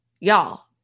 y'all